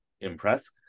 impress